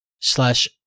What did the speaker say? slash